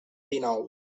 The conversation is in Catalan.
dinou